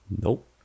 Nope